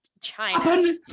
China